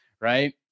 right